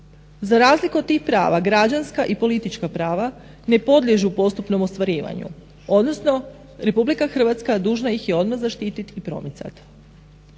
Za razliku od tih prava građanska i politička prava ne podliježu postupnom ostvarivanju odnosno RH dužna ih je odmah zaštititi i promicati.